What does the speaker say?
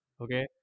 Okay